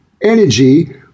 energy